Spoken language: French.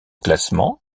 classement